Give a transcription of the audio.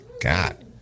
God